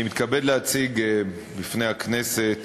אני מתכבד להציג בפני הכנסת